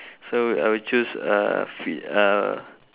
so I will choose uh free uh